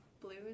blues